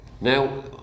Now